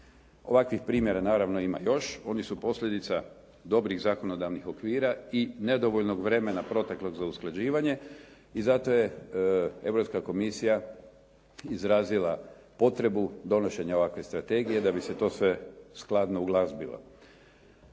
Ovakvih primjera naravno ima još. Oni su posljedica dobrih zakonodavnih okvira i nedovoljnog vremena proteklog za usklađivanje i zato je Europska komisija izrazila potrebu donošenja ovakve strategije da bi se to sve skladno uglazbilo.